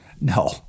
No